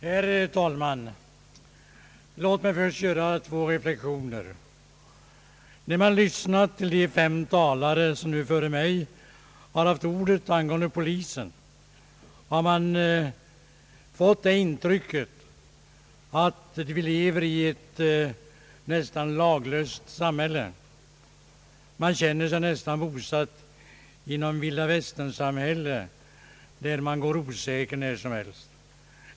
Herr talman! Låt mig först göra två reflexioner! När man lyssnat till de fem talare som före mig haft ordet angående polisen, har man fått intrycket att vi lever i ett nästan laglöst samhälle. Man känner sig nästan som om man vore bosatt i ett vilda västern-samhälle, där man går osäker när som helst.